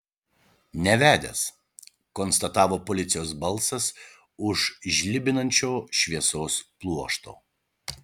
nevedęs konstatavo policijos balsas už žlibinančio šviesos pluošto